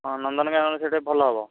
ହଁ ନନ୍ଦନକାନନ ସେଇଟା ଭଲ ହେବ